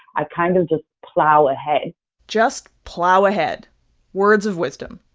i kind of just plow ahead just plow ahead words of wisdom.